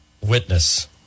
witness